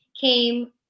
came